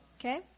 okay